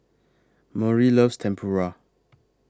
Maury loves Tempura